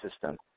system